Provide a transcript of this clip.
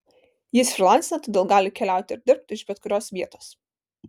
jis frylancina todėl gali keliaut ir dirbt iš bet kurios vietos